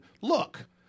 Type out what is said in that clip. look